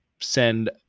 send